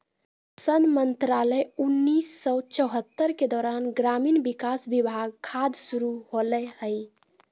सन मंत्रालय उन्नीस सौ चैह्त्तर के दौरान ग्रामीण विकास विभाग खाद्य शुरू होलैय हइ